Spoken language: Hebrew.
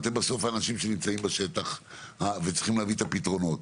אתם בסוף האנשים שנמצאים בשטח וצריכים להביא את הפתרונות.